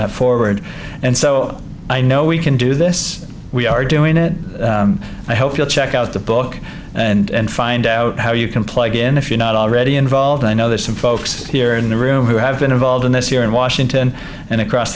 that forward and so i know we can do this we are doing it i hope you'll check out the book and find out how you can plug in if you're not already involved i know there are some folks here in the room who have been involved in this here in washington and across